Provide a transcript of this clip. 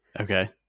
Okay